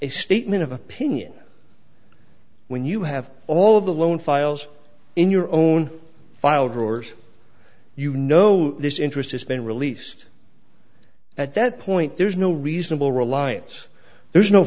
a statement of opinion when you have all of the loan files in your own file drawers you know this interest has been released at that point there's no reasonable reliance there's no